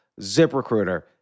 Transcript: ZipRecruiter